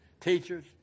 teachers